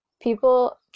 People